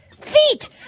feet